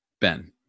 Ben